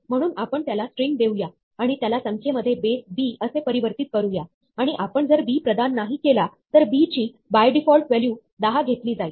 म्हणून आपण त्याला स्ट्रिंग देऊया आणि त्याला संख्येमध्ये बेस b असे परिवर्तित करूया आणि आपण जर b प्रदान नाही केला तर b ची बाय डिफॉल्ट व्हॅल्यू 10 घेतली जाईल